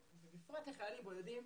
ובפרט לחיילים בודדים